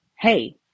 Hey